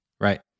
Right